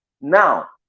Now